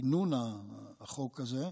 כינון החוק הזה,